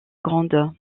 grande